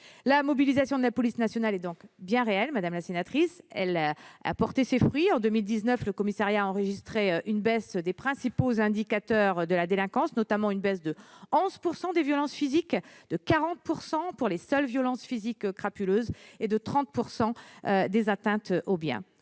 La mobilisation de la police nationale est donc bien réelle, madame la sénatrice. Elle a porté ses fruits en 2019 : le commissariat a enregistré une baisse des principaux indicateurs de la délinquance, notamment une baisse de 11 % des violences physiques, de 40 % pour les seules violences physiques crapuleuses, et de 30 % des atteintes aux biens.